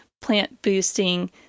plant-boosting